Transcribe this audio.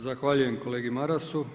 Zahvaljujem kolegi Marasu.